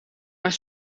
mijn